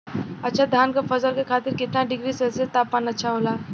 अच्छा धान क फसल के खातीर कितना डिग्री सेल्सीयस तापमान अच्छा होला?